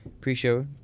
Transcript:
pre-show